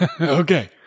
Okay